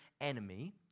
enemy